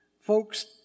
Folks